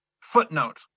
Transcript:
footnote